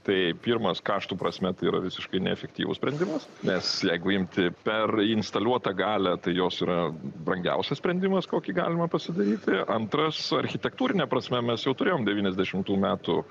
tai pirmas kaštų prasme tai yra visiškai neefektyvus sprendimas nes jeigu imti per instaliuotą galią tai jos yra brangiausias sprendimas kokį galima pasidaryti antras architektūrine prasme mes jau turėjom devyniasdešimtų metų